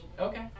Okay